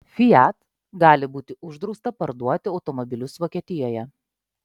fiat gali būti uždrausta parduoti automobilius vokietijoje